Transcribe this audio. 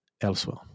elsewhere